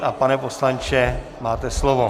A pane poslanče, máte slovo.